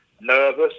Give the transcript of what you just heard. nervous